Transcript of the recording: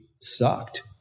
sucked